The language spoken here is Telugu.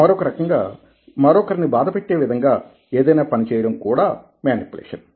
మరొక రకంగా మరొకరిని బాధపెట్టే విధంగా ఏదైనా పని చేయడం కూడా మేనిప్యులేషన్